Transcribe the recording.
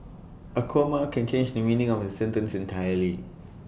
A comma can change the meaning of A sentence entirely